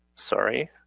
sorry,